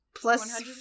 Plus